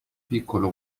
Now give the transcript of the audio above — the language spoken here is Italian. piccolo